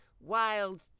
Wild